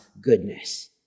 goodness